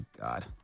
God